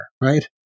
Right